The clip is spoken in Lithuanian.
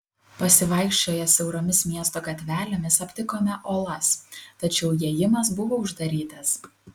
pasivaikščioję siauromis miesto gatvelėmis aptikome olas tačiau įėjimas buvo uždarytas